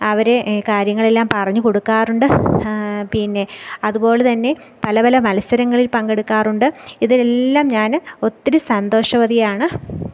അവരെ കാര്യങ്ങളെല്ലാം പറഞ്ഞു കൊടുക്കാറുണ്ട് പിന്നെ അതുപോലെ തന്നെ പല പല മത്സരങ്ങളിൽ പങ്കെടുക്കാറുണ്ട് ഇതിനെല്ലാം ഞാൻ ഒത്തിരി സന്തോഷവതിയാണ്